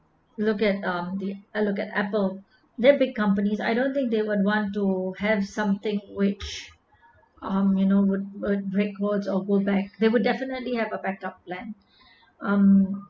look at um the I look at apple their big companies I don't think they would want to have something which um you know would would break codes or go back they would definitely have a backup plan um